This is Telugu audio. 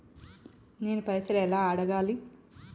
నేను పైసలు ఎలా అడగాలి?